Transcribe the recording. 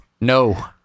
No